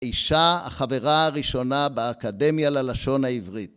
אישה, החברה הראשונה באקדמיה ללשון העברית.